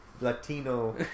Latino